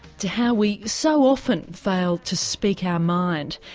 to how we so often fail to speak our mind,